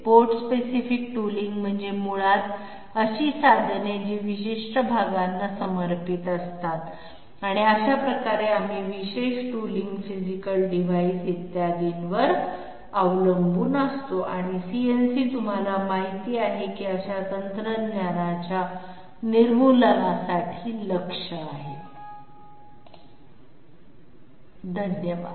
part specific tooling म्हणजे मुळात अशी साधने जी विशिष्ट भागांना समर्पित असतात आणि अशा प्रकारे आम्ही विशेष टूलींग फिजिकल डिव्हाईस इत्यादींवर खूप अवलंबून असतो आणि CNC तुम्हाला माहित आहे की अशा तंत्रज्ञानाच्या निर्मूलनासाठी लक्ष्य आहे धन्यवाद